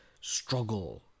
struggle